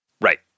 Right